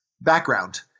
background